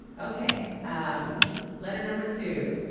ok um letter number two,